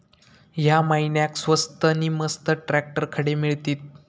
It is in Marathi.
या महिन्याक स्वस्त नी मस्त ट्रॅक्टर खडे मिळतीत?